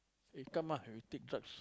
eh come on we take drugs